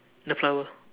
the flower